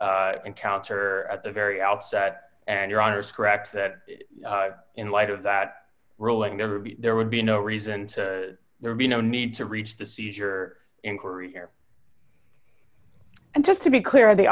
encounter at the very outset and your honour's correct that in light of that ruling never be there would be no reason to there be no need to reach the seizure inquiry here and just to be clear the